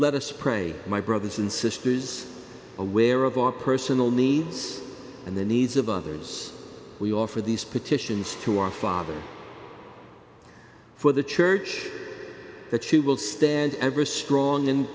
us pray my brothers and sisters is aware of our personal needs and the needs of others we offer these petitions to our father for the church that she will stand ever strong and